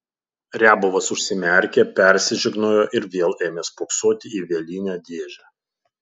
riabovas užsimerkė persižegnojo ir vėl ėmė spoksoti į vielinę dėžę